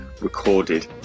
recorded